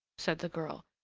said the girl,